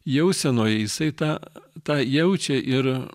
jausenoje jisai tą tą jaučia ir